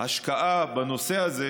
ההשקעה בנושא הזה,